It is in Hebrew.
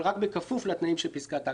אבל רק בכפוף לתנאים של פסקת ההגבלה.